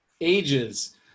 ages